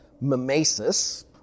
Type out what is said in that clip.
mimesis